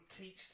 teach